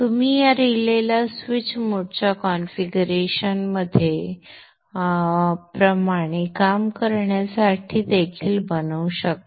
तुम्ही या रिलेला स्विच मोडच्या कॉन्फिगरेशन प्रमाणे काम करण्यासाठी देखील बनवू शकता